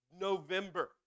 November